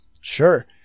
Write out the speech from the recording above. sure